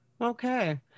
Okay